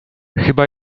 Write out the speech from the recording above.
chyba